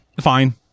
Fine